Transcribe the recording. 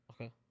Okay